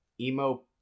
Emo